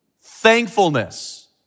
thankfulness